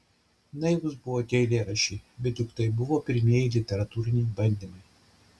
naivūs buvo tie eilėraščiai bet juk tai buvo pirmieji literatūriniai bandymai